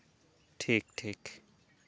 ᱴᱷᱤᱠ ᱴᱷᱤᱠ